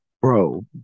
bro